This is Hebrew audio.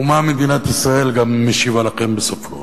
ומה מדינת ישראל גם משיבה לכם בסופו